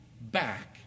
back